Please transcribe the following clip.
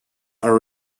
were